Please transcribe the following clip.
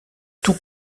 tout